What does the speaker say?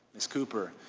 ms. cooper,